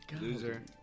Loser